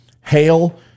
Hail